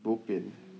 bo pian